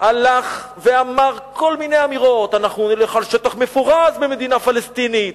הלך ואמר כל מיני אמירות: אנחנו נלך על שטח מפורז במדינה פלסטינית,